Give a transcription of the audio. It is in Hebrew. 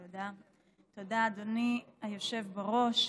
תודה, אדוני היושב-ראש.